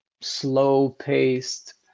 slow-paced